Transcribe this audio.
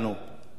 לא אלה